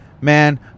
Man